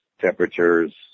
temperatures